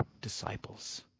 disciples